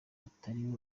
atari